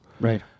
Right